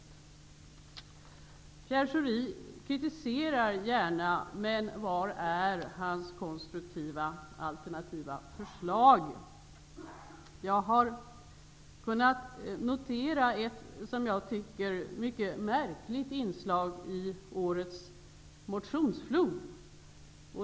Pierre Schori kritiserar gärna, men var är hans konstruktiva, alternativa förslag? Jag har noterat ett som jag tycker mycket märkligt inslag i årets motionsflod.